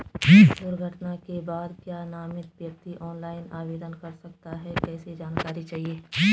दुर्घटना के बाद क्या नामित व्यक्ति ऑनलाइन आवेदन कर सकता है कैसे जानकारी चाहिए?